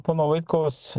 pono vaitkaus